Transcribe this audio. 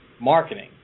marketing